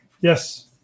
Yes